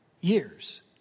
years